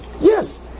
Yes